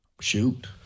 Shoot